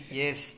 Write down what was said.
yes